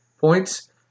points